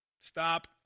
Stop